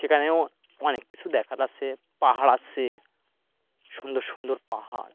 সেখানেও অনেক কিছু দেখা আছে পাহাড় আছে সুন্দর সুন্দর পাহাড়